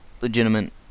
legitimate